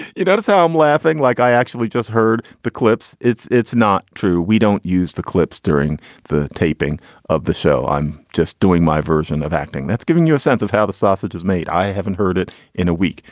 you know, it's how i'm laughing. like, i actually just heard the clips. it's it's not true. we don't use the clips during the taping of the show. i'm just doing my version of acting that's giving you a sense of how the sausage is made. i haven't heard it in a week,